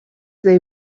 they